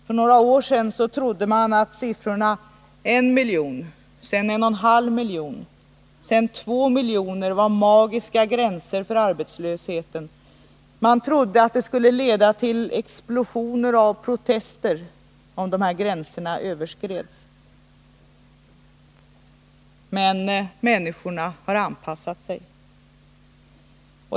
För några år sedan trodde man att siffrorna 1 miljon, sedan en 1,5 och sedan 2 miljoner var magiska gränser för arbetslösheten. Man trodde att det skulle leda till explosioner av protester, om de gränserna överskreds. Men människorna har anpassat sig.